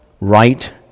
right